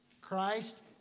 Christ